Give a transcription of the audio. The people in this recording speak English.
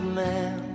man